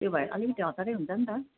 त्यो भएर अलिकति हतारै हुन्छ नि त